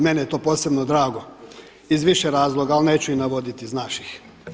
Meni je to posebno drago iz više razloga, ali neću ih navoditi, znaš ih.